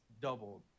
doubled